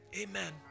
amen